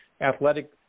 athletic